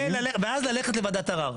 ואז ללכת לוועדת ערער.